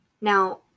Now